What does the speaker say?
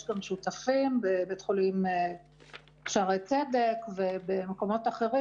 יש גם שותפים בבית חולים שערי צדק ובמקומות אחרים.